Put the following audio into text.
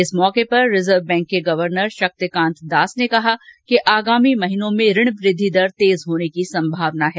इस मौके पर रिजर्व बैंक के गवर्नर शक्तिकांत दास ने कहा कि आगामी महीनों में ऋण वृद्वि दर तेज होने की संभावना है